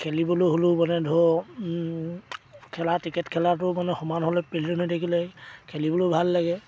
খেলিবলৈ হ'লেও মানে ধৰ খেলা ক্ৰিকেট খেলাটো মানে সমান হ'লে প্লেইন হৈ থাকিলে খেলিবলৈয়ো ভাল লাগে